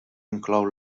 inclou